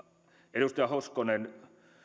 edustaja hoskonen